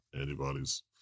antibodies